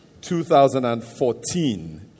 2014